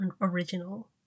original